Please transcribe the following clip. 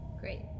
Great